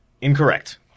Incorrect